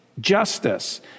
justice